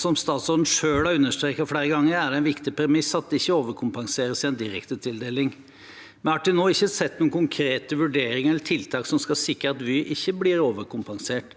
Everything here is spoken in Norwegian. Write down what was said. som statsråden selv har understreket flere ganger, er det en viktig premiss at det ikke overkompenseres i en direktetildeling. Vi har til nå ikke sett noen konkrete vurderinger eller tiltak som skal sikre at Vy ikke blir overkompensert.